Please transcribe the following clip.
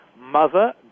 Mother